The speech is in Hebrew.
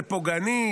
זה פוגעני,